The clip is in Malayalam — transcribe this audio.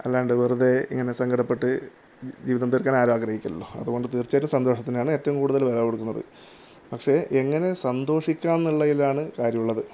അല്ലാണ്ട് വെറുതെ ഇങ്ങനെ സങ്കടപ്പെട്ട് ജീവിതം തീർക്കാൻ ആരും ആഗ്രഹിക്കില്ലല്ലോ അതുകൊണ്ട് തീർച്ചയായിട്ടും സന്തോഷത്തിനാണ് ഏറ്റവും കൂടുതൽ വില കൊടുക്കുന്നത് പക്ഷേ എങ്ങനെ സന്തോഷിക്കാംന്നുള്ളതിലാണ് കാര്യമുള്ളത്